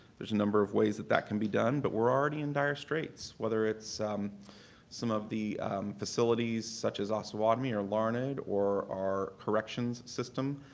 there's a number of ways that that can be done. but we're already in dire straits, whether it's some of the facilities such as osawatomie or larned, or our corrections system.